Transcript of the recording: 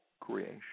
creation